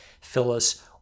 Phyllis